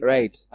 Right